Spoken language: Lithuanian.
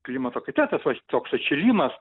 klimato kaita tas vat toks atšilimas